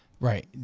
Right